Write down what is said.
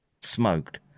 smoked